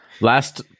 Last